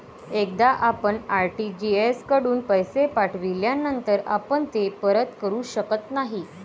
एकदा आपण आर.टी.जी.एस कडून पैसे पाठविल्यानंतर आपण ते परत करू शकत नाही